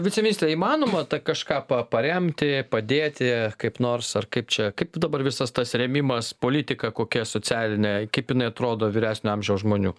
viceministre įmanoma tą kažką pa paremti padėti kaip nors ar kaip čia kaip dabar visas tas rėmimas politika kokia socialinė kaip jinai atrodo vyresnio amžiaus žmonių